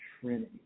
Trinity